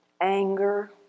Anger